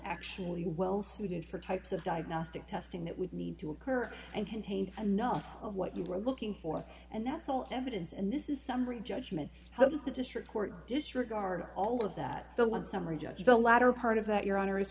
actually well suited for types of diagnostic testing that would need to occur and contain enough of what you were looking for and that's all evidence and this is summary judgment how does the district court disregard all of that the one summary judge the latter part of that your honor is